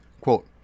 Quote